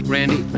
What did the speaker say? Randy